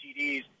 TDs